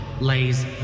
lays